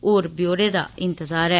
होर ब्योरें दा इंतजार ऐ